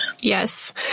yes